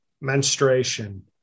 menstruation